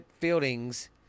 Fielding's